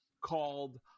called